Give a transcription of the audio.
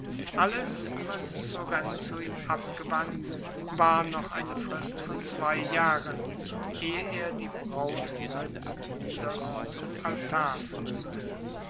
alles was lorenzo ihm abgewann war noch eine frist von zwei jahren ehe er die braut seines bruders zum altar führte